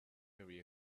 very